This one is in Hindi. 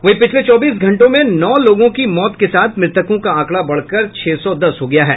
वहीं पिछले चौबीस घंटों में नौ लोगों की मौत के साथ मृतकों का आंकड़ा बढ़कर छह सौ दस हो गया है